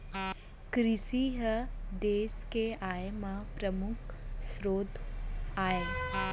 किरसी ह देस के आय म परमुख सरोत आय